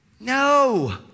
No